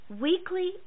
weekly